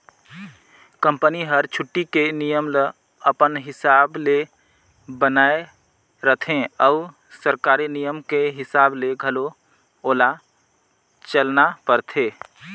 company हर छुट्टी के नियम ल अपन हिसाब ले बनायें रथें अउ सरकारी नियम के हिसाब ले घलो ओला चलना परथे